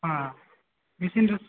ହଁ ମେସିନ୍ର